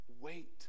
Wait